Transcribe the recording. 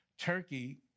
Turkey